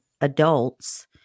adults